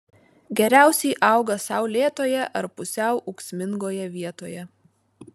geriausiai auga saulėtoje ar pusiau ūksmingoje vietoje